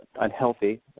unhealthy